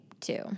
two